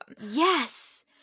Yes